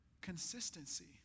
consistency